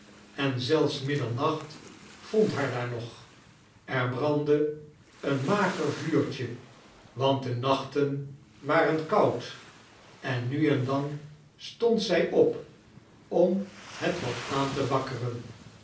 en zelfs middernacht vond haar daar nog er brandde een mager vuurtje want de nachten waren koud en nu en dan stond zij op om het wat aan te wakkeren